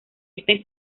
este